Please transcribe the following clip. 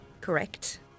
Correct